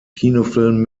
kinofilmen